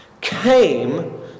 came